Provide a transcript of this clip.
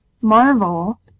marvel